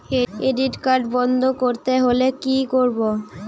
Credit card বন্ধ করতে হলে কি করব?